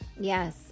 yes